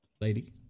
Lady